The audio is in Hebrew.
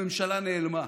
הממשלה נעלמה.